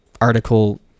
article